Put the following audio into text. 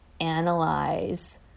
analyze